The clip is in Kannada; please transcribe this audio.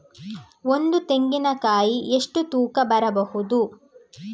ಒಂದು ತೆಂಗಿನ ಕಾಯಿ ಎಷ್ಟು ತೂಕ ಬರಬಹುದು?